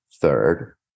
third